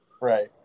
Right